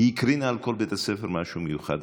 הקרינה על כל בית הספר משהו מיוחד.